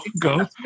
go